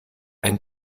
ein